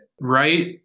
right